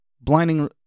blinding